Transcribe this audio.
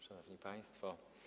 Szanowni Państwo!